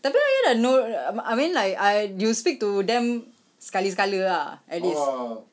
tapi ayah dah nor~ err I mean like I you speak to them sekali sekala ah at least